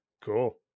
Cool